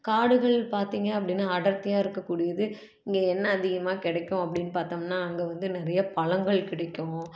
காடுகள் பார்த்திங்க அப்படின்னா அடர்த்தியாக இருக்கக்கூடியது இங்கே என்ன அதிகமாக கிடைக்கும் அப்படின்னு பார்த்தோம்னா அங்கே வந்து நிறைய பழங்கள் கிடைக்கும்